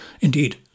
Indeed